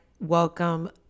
welcome